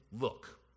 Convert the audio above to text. look